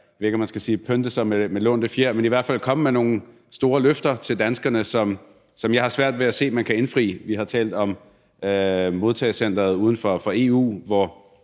ved ikke, om man skal sige pynte sig med lånte fjer, men i hvert fald komme med nogle store løfter til danskerne, som jeg har svært ved at se at man kan indfri. Vi har talt om modtagecenteret uden for EU, hvor